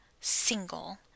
single